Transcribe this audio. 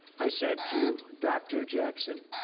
i said to dr. jackson,